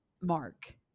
mark